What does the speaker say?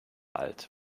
alt